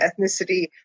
ethnicity